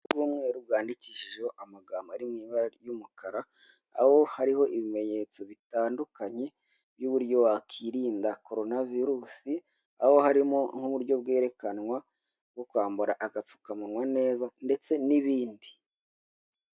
Bw'umweru bwandikishijeho amagambo ari mw'ibara ry'umukara, aho hariho ibimenyetso bitandukanye by'uburyo wakirinda koronavirusi, aho harimo nk'uburyo bwerekanwa bwo kwambara agapfukamunwa neza ndetse n'ibindi